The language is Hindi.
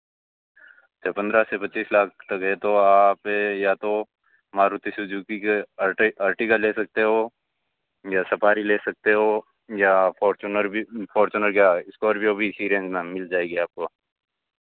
पन्द्रह से पच्चीस लाख तक है तो आप या तो मारूती सुजुकी की अर्टी अर्टिगा ले सकते हो या सफ़ारी ले सकते हो या फॉर्चूनर भी फॉर्चूनर क्या स्कॉर्पियो भी इसी रेंज में मिल जाएगी आपको